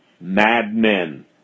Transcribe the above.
madmen